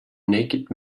naked